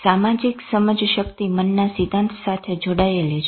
સામાજિક સમજશક્તિ મનના સિદ્ધાંત સાથે જોડાયેલી છે